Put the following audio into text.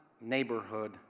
neighborhood